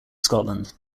scotland